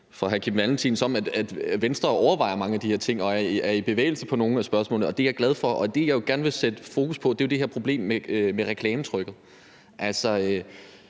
fra hr. Kim Valentin som, at Venstre overvejer mange af de her ting og er i bevægelse på nogle af spørgsmålene, og det er jeg glad for. Det, jeg gerne vil sætte fokus på, er det her problem med reklametrykket. Altså,